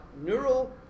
neural